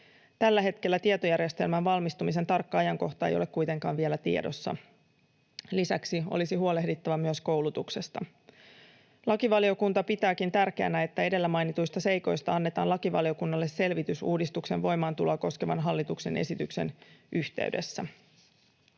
Tällä hetkellä tietojärjestelmän valmistumisen tarkka ajankohta ei ole kuitenkaan vielä tiedossa. Lisäksi olisi huolehdittava myös koulutuksesta. Lakivaliokunta pitääkin tärkeänä, että edellä mainituista seikoista annetaan lakivaliokunnalle selvitys uudistuksen voimaantuloa koskevan hallituksen esityksen yhteydessä.